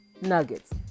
nuggets